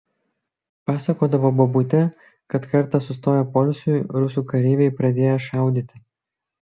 pasakodavo bobutė kad kartą sustoję poilsiui rusų kareiviai pradėję šaudyti